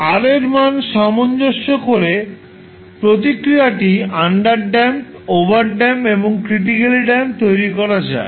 R এর মানকে সামঞ্জস্য করে প্রতিক্রিয়াটি আন্ড্যাম্পড ওভারড্যাম্পড বা ক্রিটিকালি ড্যাম্পড তৈরি করা যায়